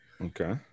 okay